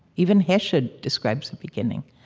even hesiod describes the beginning.